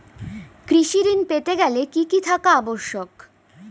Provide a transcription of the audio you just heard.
কৃষি ঋণ পেতে গেলে কি কি থাকা আবশ্যক?